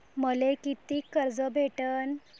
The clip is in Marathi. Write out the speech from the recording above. मले कितीक कर्ज भेटन?